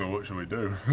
ah what should we do?